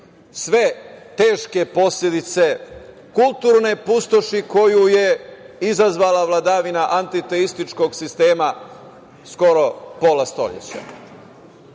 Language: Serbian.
sve teške posledice kulturne pustoši koju je izazvala vladavina antitetičkog sistema skoro pola stojeća.